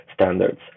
standards